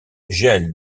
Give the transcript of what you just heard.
gèle